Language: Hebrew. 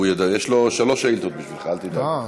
יש לו שלוש שאילתות בשבילך, אל תדאג.